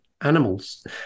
animals